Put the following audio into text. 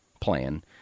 plan